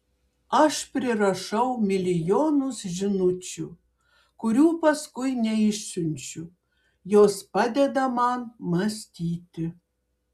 aš prirašau milijonus žinučių kurių paskui neišsiunčiu jos padeda man mąstyti